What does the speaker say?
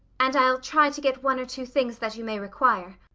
and i'll try to get one or two things that you may require.